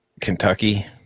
Kentucky